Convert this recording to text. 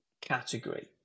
category